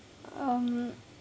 um